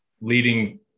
leading